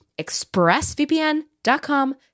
expressvpn.com